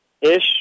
ish